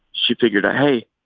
she figured, hey.